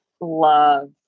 love